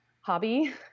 hobby